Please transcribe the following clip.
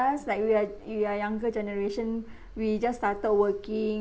us like we are you are younger generation we just started working